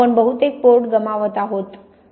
आपण बहुतेक पोर्ट गमावत आहोत